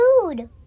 food